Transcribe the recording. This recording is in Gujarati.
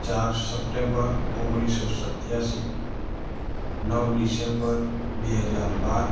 ચાર સપ્ટેમ્બર ઓગણીસસો સિત્યાસી